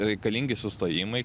reikalingi sustojimai